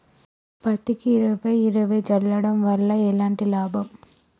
పత్తికి ఇరవై ఇరవై చల్లడం వల్ల ఏంటి లాభం?